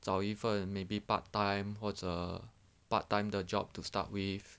找一份 maybe part time 或者 part time 的 job to start with